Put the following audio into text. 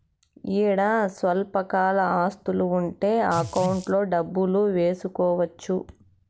ఈడ స్వల్పకాల ఆస్తులు ఉంటే అకౌంట్లో డబ్బులు వేసుకోవచ్చు